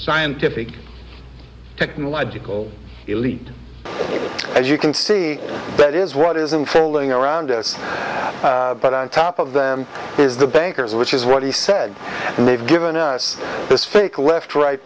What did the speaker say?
scientific technological elite as you can see that is what is unfolding around us but on top of them is the bankers which is what he said and they've given us this fake left right